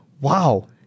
Wow